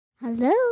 Hello